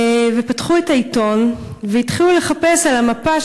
פתחו את העיתון והתחילו לחפש על המפה,